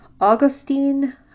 Augustine